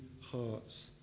hearts